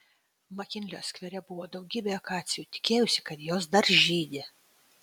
makinlio skvere buvo daugybė akacijų tikėjausi kad jos dar žydi